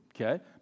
okay